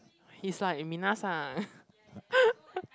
he's like minasan